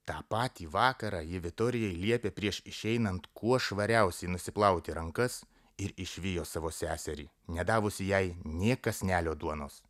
tą patį vakarą ji vitorijai liepė prieš išeinant kuo švariausiai nusiplauti rankas ir išvijo savo seserį nedavusi jai nė kąsnelio duonos